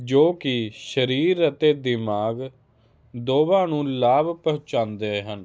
ਜੋ ਕਿ ਸਰੀਰ ਅਤੇ ਦਿਮਾਗ ਦੋਵਾਂ ਨੂੰ ਲਾਭ ਪਹੁੰਚਾਉਂਦੇ ਹਨ